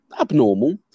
abnormal